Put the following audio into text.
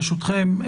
ברשותכם,